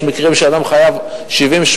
יש מקרים שאדם חייב 70,000,